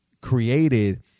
created